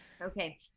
Okay